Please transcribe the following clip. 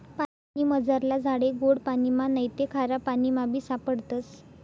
पानीमझारला झाडे गोड पाणिमा नैते खारापाणीमाबी सापडतस